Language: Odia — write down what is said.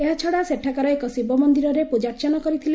ଏହାଛଡ଼ା ସେଠାକାର ଏକ ଶିବ ମନ୍ଦିରରେ ପ୍ରଜାର୍ଚ୍ଚନା କରିଥିଲେ